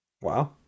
Wow